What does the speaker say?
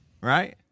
right